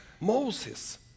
Moses